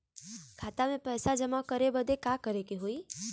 खाता मे पैसा जमा करे बदे का करे के होई?